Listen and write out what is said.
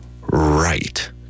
right